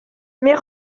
mais